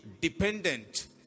dependent